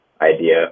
idea